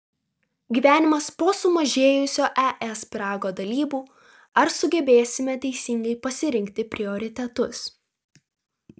gyvenimas po sumažėjusio es pyrago dalybų ar sugebėsime teisingai pasirinkti prioritetus